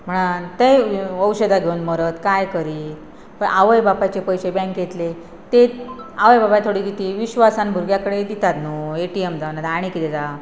म्हणन ते औशधा घेवन मरत कांय करीत पण आवय बापाचे पयशे बँक येतले ते आवय बापाय थोडी त विश्वासान भुरग्या कडेन दितात न्हू ए टी एम जावन आनी किदें जाता